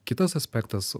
kitas aspektas